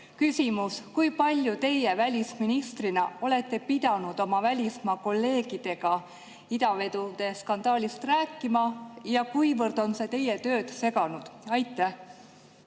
Küsimus: kui palju teie välisministrina olete pidanud oma välismaa kolleegidega idavedude skandaalist rääkima ja kuivõrd on see teie tööd seganud? Aitäh,